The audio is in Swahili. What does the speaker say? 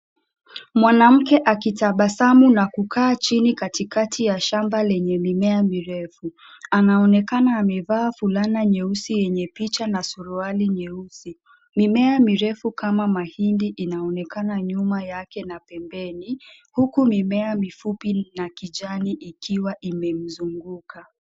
Mwanamke akitabasamu na kukaa chini katikati ya shamba lenye mimea mirefu anaonekana amevaa fulana nyeusi yenye picha na suruali nyeusi , mimea mirefu kama mahindi inaonekana nyuma yake na pembeni hiki mimea mifupi na kijani ikiwa imemzunguka.